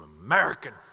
American